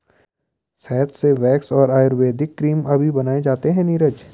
शहद से वैक्स और आयुर्वेदिक क्रीम अभी बनाए जाते हैं नीरज